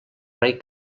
rei